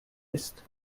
ist